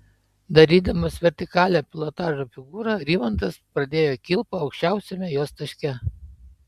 darydamas vertikalią pilotažo figūrą rimantas pradėjo kilpą aukščiausiame jos taške